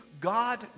God